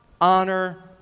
honor